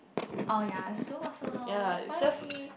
oh ya still not so long but not really